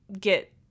get